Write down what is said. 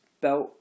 belt